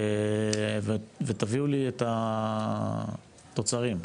ותביאו לי את התוצרים.